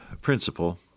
principle